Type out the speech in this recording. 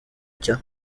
cya